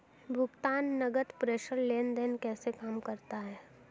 भुगतान नकद प्रेषण लेनदेन कैसे काम करता है?